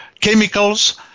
chemicals